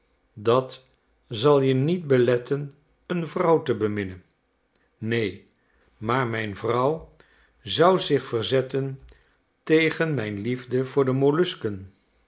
dat zal je niet beletten een vrouw te beminnen neen maar mijn vrouw zou zich verzetten tegen mijn liefde voor de